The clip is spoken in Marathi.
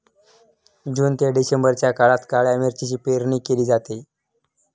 जून ते डिसेंबरच्या काळात काळ्या मिरीची पेरणी केली जाते